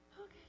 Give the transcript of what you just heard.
okay